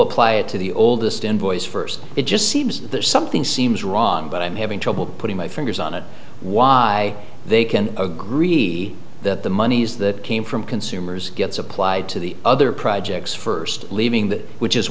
apply it to the oldest invoice first it just seems that something seems wrong but i'm having trouble putting my fingers on it why they can agree that the monies that came from consumers gets applied to the other projects first leaving that which is